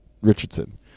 Richardson